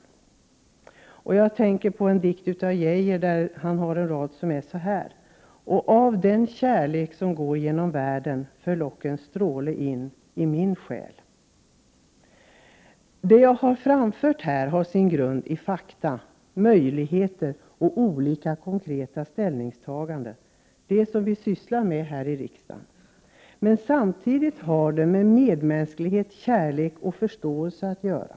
I detta sammanhang tänker jag på en dikt av Erik Gustaf Geijer. Två av raderna i dikten lyder: ”Ty av den kärlek, som går genom världen, föll ock en strimma in i min själ.” Vad jag här har framfört har sin grund i fakta, möjligheter och olika konkreta ställningstaganden — alltså det som vi sysslar med här i riksdagen. Men samtidigt har det med medmänsklighet, kärlek och förståelse att göra.